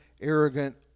arrogant